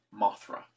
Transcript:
Mothra